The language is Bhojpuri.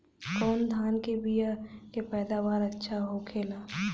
कवन धान के बीया के पैदावार अच्छा होखेला?